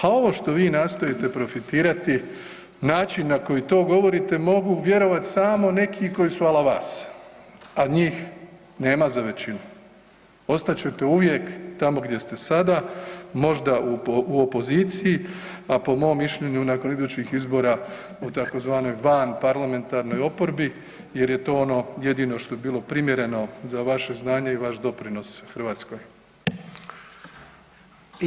A ovo što vi nastojite profitirati, način na koji to govorite mogu vjerovati samo neki koji su ala vas, a njih nema za većinu, ostat ćete uvijek tamo gdje ste sada, možda u opoziciji, a po mom mišljenju nakon idućih izbora u tzv. vanparlamentarnoj oporbi jer je to ono jedino što bi bilo primjereno za vaše znanje i vaš doprinos Hrvatskoj.